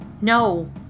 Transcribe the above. No